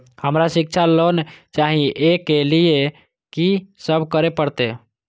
हमरा शिक्षा लोन चाही ऐ के लिए की सब करे परतै?